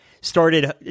started